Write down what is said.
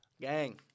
Gang